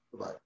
Bye